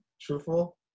truthful